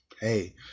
hey